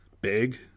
big